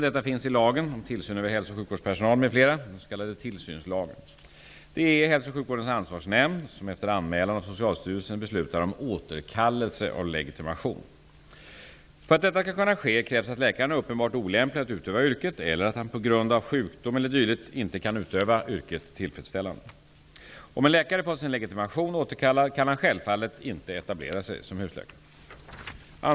. Det är Hälso och sjukvårdens ansvarsnämnd som efter anmälan av Socialstyrelsen beslutar om återkallelse av legitimation. För att detta skall kunna ske krävs att läkaren är uppenbart olämplig att utöva yrket eller att han på grund av sjukdom e.d. inte kan utöva det tillfredsställande. Om en läkare fått sin legitimation återkallad kan han självfallet inte etablera sig som husläkare.